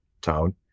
town